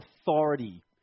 authority